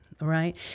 Right